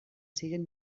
siguen